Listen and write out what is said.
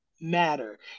matter